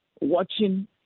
watching